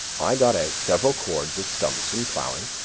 i got out several cords of stumps in plowing,